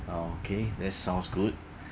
okay that sounds good